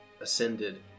ascended